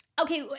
Okay